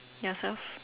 yourself